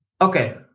Okay